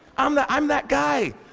i'm the. i'm that guy!